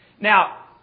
Now